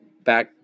back